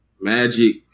Magic